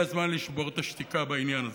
והגיע הזמן לשבור את השתיקה בעניין הזה.